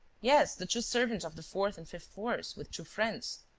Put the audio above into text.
yes, the two servants of the fourth and fifth floors, with two friends.